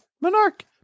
monarch